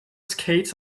skates